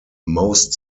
most